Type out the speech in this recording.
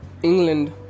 England